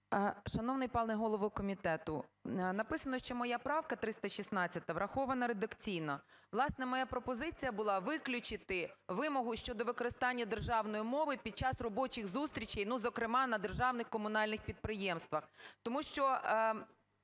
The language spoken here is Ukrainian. Шановний пане голово комітету, написано, що моя правка, 316, врахована редакційно. Власне, моя пропозиція була виключити вимогу щодо використання державної мови під час робочих зустрічей, ну, зокрема, на державних, комунальних підприємствах. Тому що